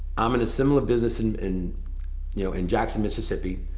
i'm in a similar business and in you know in jackson, mississippi.